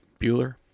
Bueller